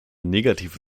negative